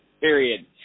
Period